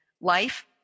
life